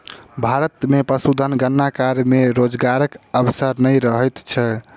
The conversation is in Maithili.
भारत मे पशुधन गणना कार्य मे रोजगारक अवसर नै रहैत छै